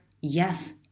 yes